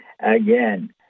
Again